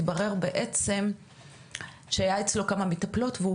התברר בעצם שהיו אצלו בעבר כבר כמה מטפלות והוא